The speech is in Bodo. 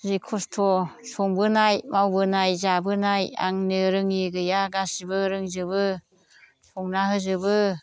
जि खस्थ' संबोनाय मावबोनाय जाबोनाय आंनो रोङै गैया गासिबो रोंजोबो संना होजोबो